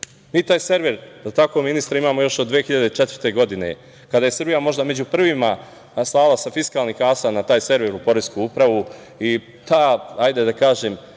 Mi taj server, je li tako, ministre, imamo još od 2004. godine, kada je Srbija možda među prvima slala sa fiskalnih kasa na taj server u Poresku upravu i ta ponavljanja